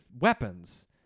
weapons